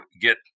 get